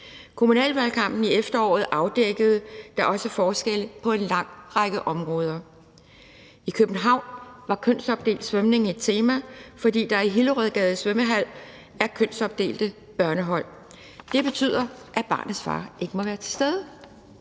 Kommunalvalgkampen i efteråret afdækkede da også forskelle på en lang række områder. I København var kønsopdelt svømning et tema, fordi der i Hillerødgade svømmehal er kønsopdelte børnehold, og det betyder, at barnets far ikke må være til stede.